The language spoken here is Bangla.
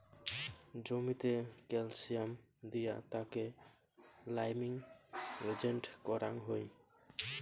জমিতে ক্যালসিয়াম দিয়া তাকে লাইমিং এজেন্ট করাং হই